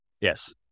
Yes